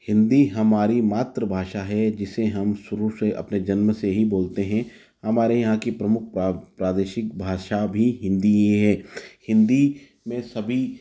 हिन्दी हमारी मातृ भाषा है जिसे हम शुरू से अपने जन्म से ही बोलते हैं हमारे यहाँ की प्रमुख प्रादेशिक भाषा भी हिन्दी ही है हिन्दी में सभी